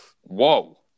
whoa